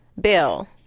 Bill